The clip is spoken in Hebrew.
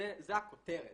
זו הכותרת